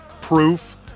proof